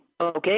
Okay